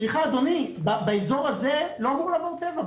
סליחה אדוני, באזור הזה לא אמור לעבור טבע.